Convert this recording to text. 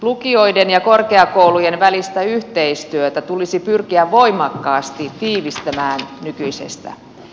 lukioiden ja korkeakoulujen välistä yhteistyötä tulisi pyrkiä voimakkaasti tiivistämään nykyisestä